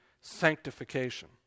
sanctification